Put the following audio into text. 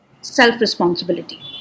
self-responsibility